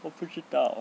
我不知道